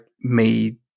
made